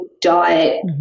diet